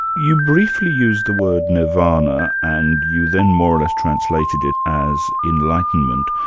you briefly used the word nirvana, and you then more or less translated it as enlightenment.